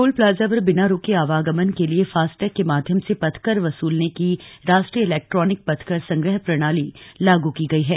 toll plaza पर बिना रूके आवागमन के लिए फास्टैग के माध्यम से पथकर वसूलने की राष्ट्रीय इलेक्ट्रॉनिक पथकर संग्रह प्रणाली लागू की गई है